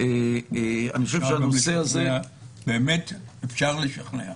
בנושא הזה באמת אפשר לשכנע.